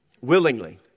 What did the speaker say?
Willingly